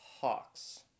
Hawks